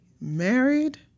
married